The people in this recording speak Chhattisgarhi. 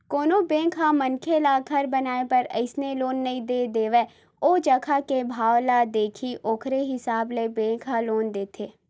कोनो बेंक ह मनखे ल घर बनाए बर अइसने लोन नइ दे देवय ओ जघा के भाव ल देखही ओखरे हिसाब ले बेंक ह लोन देथे